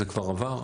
זה כבר עבר,